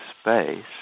space